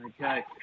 Okay